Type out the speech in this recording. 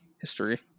history